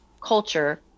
culture